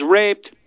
raped